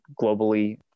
globally